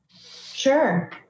Sure